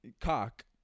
cock